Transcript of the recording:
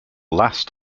last